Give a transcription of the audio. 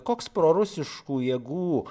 koks prorusiškų jėgų